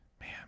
man